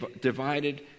divided